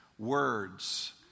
Words